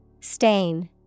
Stain